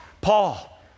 Paul